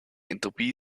entropie